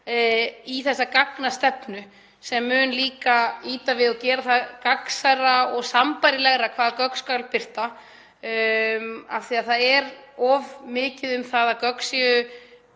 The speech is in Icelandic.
í þessa gagnastefnu sem mun líka ýta við þessu og gera það gagnsærra og sambærilegra hvaða gögn skal birta. Það er of mikið um það að gögn séu